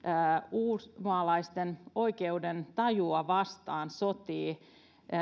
uusmaalaisten oikeudentajua vastaan sotii